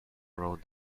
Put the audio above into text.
wrote